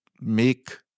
make